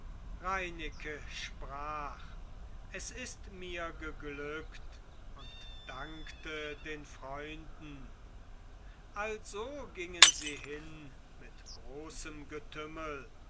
reineke sprach es ist mit geglückt und dankte den freunden also gingen sie hin mit großem getümmel